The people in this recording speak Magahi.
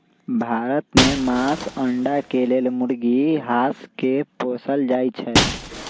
भारत में मास, अण्डा के लेल मुर्गी, हास के पोसल जाइ छइ